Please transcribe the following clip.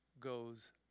goes